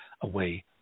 away